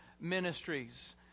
ministries